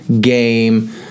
game